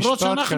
במשפט,